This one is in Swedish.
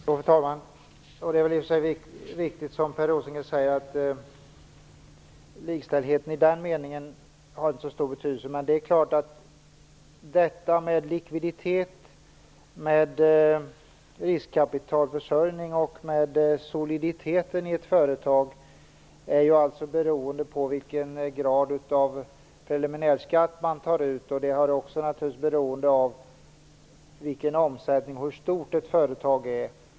Fru talman! Det är väl i och för sig riktigt som Per Rosengren säger att likställdheten i den meningen inte har så stor betydelse. Men detta med likviditet, riskkapitalförsörjning och soliditet i ett företag är ju beroende av vilken grad av preliminärskatt man tar ut. Det är naturligtvis också beroende av vilken omsättning man har och hur stort ett företag är.